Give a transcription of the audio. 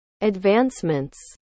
Advancements